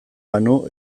banu